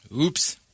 Oops